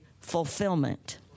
fulfillment